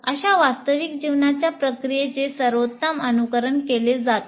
अशा वास्तविक जीवनाच्या प्रक्रियेचे सर्वोत्तम अनुकरण केले जाते